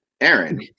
Aaron